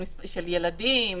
של ילדים,